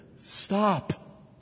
stop